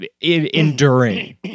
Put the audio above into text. enduring